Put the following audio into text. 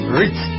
rich